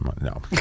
no